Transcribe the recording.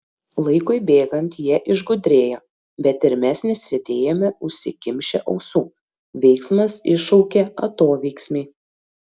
laikui bėgant jie išgudrėjo bet ir mes nesėdėjome užsikimšę ausų veiksmas iššaukia atoveiksmį